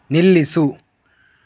ನಿಲ್ಲಿಸು